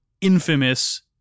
infamous